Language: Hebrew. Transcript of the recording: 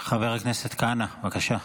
חבר הכנסת כהנא, בבקשה.